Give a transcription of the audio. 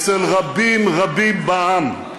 אצל רבים רבים בעם.